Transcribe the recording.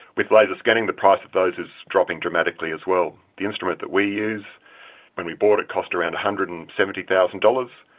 with laser scanning, the price of those is dropping dramatically as well. the instrument that we use when we bought it cost around one hundred and seventy thousand dollars.